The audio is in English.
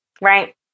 Right